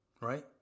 right